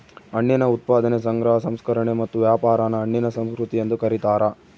ಹಣ್ಣಿನ ಉತ್ಪಾದನೆ ಸಂಗ್ರಹ ಸಂಸ್ಕರಣೆ ಮತ್ತು ವ್ಯಾಪಾರಾನ ಹಣ್ಣಿನ ಸಂಸ್ಕೃತಿ ಎಂದು ಕರೀತಾರ